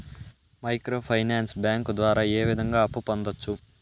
micro finance bank ద్వారా ఏ విధంగా అప్పు పొందొచ్చు